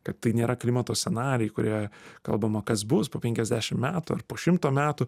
kad tai nėra klimato scenarijai kurie kalbama kas bus po penkiasdešim metų ar po šimto metų